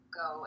go